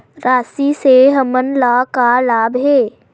राशि से हमन ला का लाभ हे?